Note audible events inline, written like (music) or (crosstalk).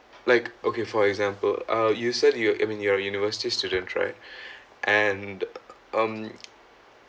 like okay for example uh you said you're I mean you're university student right (breath) and um